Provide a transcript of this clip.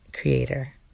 creator